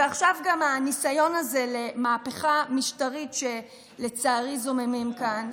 ועכשיו גם הניסיון הזה למהפכה משטרית שלצערי זוממים כאן,